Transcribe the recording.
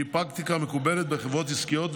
פרקטיקה מקובלת בחברות עסקיות,